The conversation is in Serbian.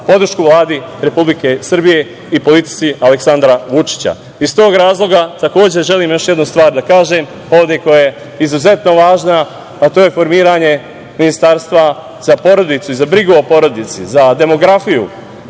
podršku Vladi Republike Srbije i politici Aleksandra Vučića. Takođe želim još jednu stvar da kažem ovde, koja je izuzetno važna, a to je formiranje ministarstva za porodicu i za brigu o porodici, za demografiju.